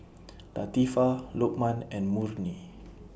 Latifa Lokman and Murni